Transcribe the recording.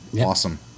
Awesome